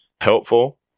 helpful